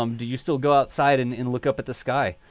um do you still go outside and and look up at the sky?